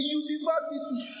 university